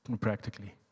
practically